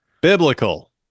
Biblical